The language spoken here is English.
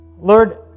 Lord